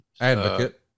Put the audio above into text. advocate